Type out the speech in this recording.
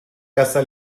casa